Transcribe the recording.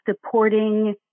supporting